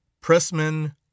pressmen